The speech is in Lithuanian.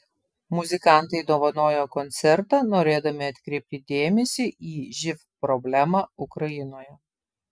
muzikantai dovanojo koncertą norėdami atkreipti dėmesį į živ problemą ukrainoje